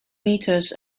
meters